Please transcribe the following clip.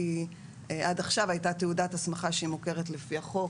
כי עד עכשיו הייתה תעודת הסמכה שמוכרת לפי החוק,